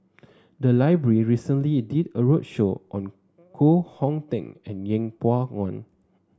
the library recently did a roadshow on Koh Hong Teng and Yeng Pway Ngon